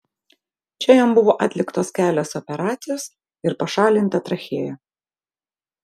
čia jam buvo atliktos kelios operacijos ir pašalinta trachėja